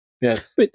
Yes